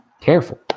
careful